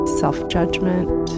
self-judgment